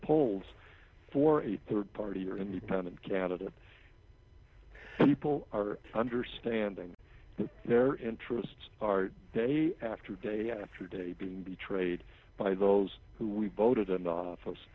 polls for a third party or independent candidate people are understanding that their interests are day after day after day being betrayed by those who we voted in office